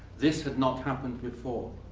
this had not happened before.